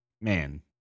man